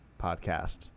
podcast